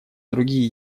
другие